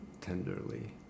tenderly